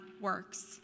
works